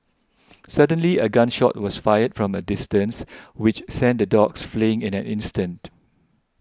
suddenly a gun shot was fired from a distance which sent the dogs fleeing in an instant